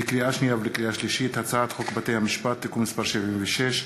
לקריאה שנייה ולקריאה שלישית: הצעת חוק בתי-המשפט (תיקון מס' 76),